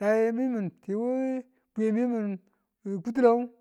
naye mi ma̱n tiwu bwiye miye min kutulan ngu